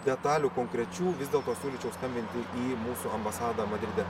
detalių konkrečių vis dėlto siūlyčiau skambinti į mūsų ambasadą madride